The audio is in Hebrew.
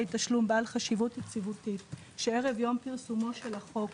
תשלום בעל חשיבות יציבותית שערב יום פרסומו של החוק